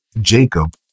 Jacob